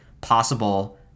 possible